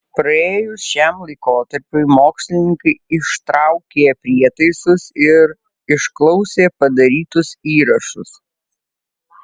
praėjus šiam laikotarpiui mokslininkai ištraukė prietaisus ir išklausė padarytus įrašus